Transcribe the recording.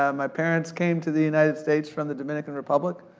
um my parent's came to the united states from the dominican republic,